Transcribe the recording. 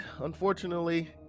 unfortunately